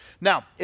Now